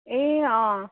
ए अँ